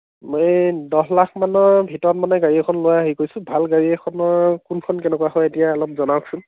মই দহ লাখমানৰ ভিতৰত মানে গাড়ী এখন লোৱা হেৰি কৰিছোঁ ভাল গাড়ী এখনৰ কোনখন কেনেকুৱা হয় এতিয়া অলপ জনাওকচোন